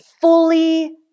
fully